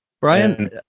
Brian